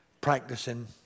practicing